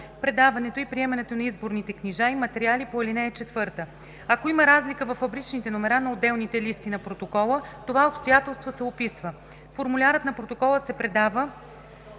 предаването и приемането на изборните книжа и материали по ал. 4; ако има разлика във фабричните номера на отделните листи на протокола, това обстоятелство се описва; формулярът на протокола се предава